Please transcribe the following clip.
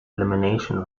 elimination